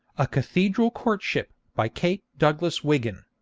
a cathedral courtship by kate douglas wiggin